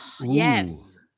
Yes